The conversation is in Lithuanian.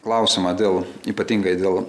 klausimą dėl ypatingai dėl